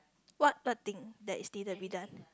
what the thing that is need to be done